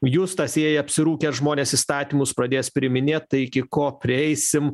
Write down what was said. justas jei apsirūkę žmonės įstatymus pradės priiminėt tai iki ko prieisim